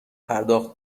پرداخت